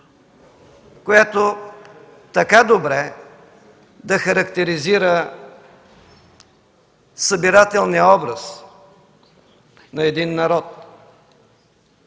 която така добре да характеризира събирателния образ на един народ.